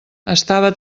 estava